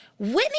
Whitney